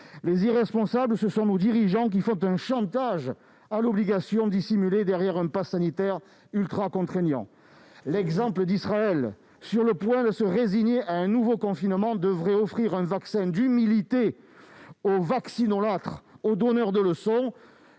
secondaires, et nos dirigeants, qui font un chantage à l'obligation dissimulée derrière un passe sanitaire ultracontraignant. L'exemple d'Israël, sur le point de se résigner à un nouveau confinement, devrait offrir un vaccin d'humilité aux vaccinolâtres et aux donneurs de leçons